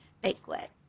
banquet